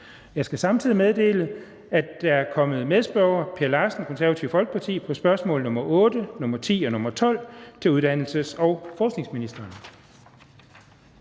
Jeg skal samtidig meddele, at der er kommet medspørger, Per Larsen (KF), på spørgsmål nr. 8, nr. 10 og nr. 12 til uddannelses- og forskningsministeren.